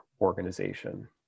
organization